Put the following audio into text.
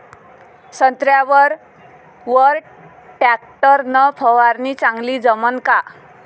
संत्र्यावर वर टॅक्टर न फवारनी चांगली जमन का?